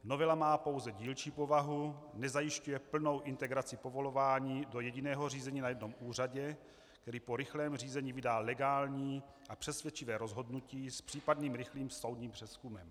Novela má pouze dílčí povahu, nezajišťuje plnou integraci povolování do jediného řízení na jednom úřadě, který po rychlém řízení vydá legální a přesvědčivé rozhodnutí s případným rychlým soudním přezkumem.